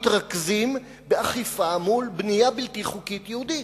מתרכזים באכיפה מול בנייה בלתי חוקית יהודית.